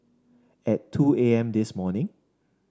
at two A M this morning